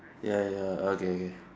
ya ya okay okay